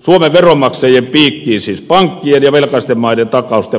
suomen veronmaksajien piikkiin siis pankkien ja velkaisten maiden takausten maksamiseksi